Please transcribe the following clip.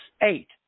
eight